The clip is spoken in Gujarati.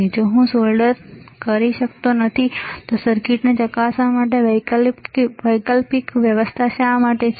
જો હું તેને સોલ્ડર કરી શકતો નથી તો સર્કિટ ચકાસવા માટે વૈકલ્પિક વ્યવસ્થા શા માટે છે